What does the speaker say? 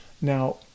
Now